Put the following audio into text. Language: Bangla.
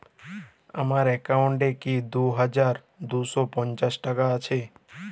আমার অ্যাকাউন্ট এ কি দুই হাজার দুই শ পঞ্চাশ টাকা আছে?